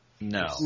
No